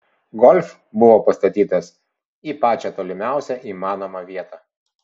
golf buvo pastatytas į pačią tolimiausią įmanomą vietą